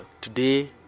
today